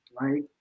right